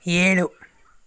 ಏಳು